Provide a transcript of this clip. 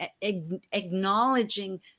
acknowledging